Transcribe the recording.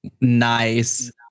Nice